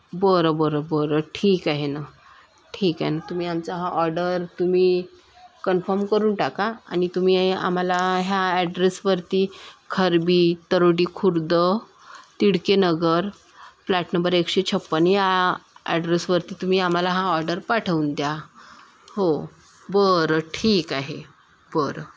बरं बरं बरं ठीक आहे ना ठीक आहे ना तुम्ही आमचा हा ऑर्डर तुम्ही कन्फर्म करून टाका आणि तुम्ही आम्हाला ह्या ॲड्रेसवरती खरबी तरोडी खुर्द तिडकेनगर फ्लॅट नंबर एकशे छप्पन या ॲड्रेसवरती तुम्ही आम्हाला हा ऑर्डर पाठवून द्या हो बरं ठीक आहे बरं